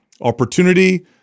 opportunity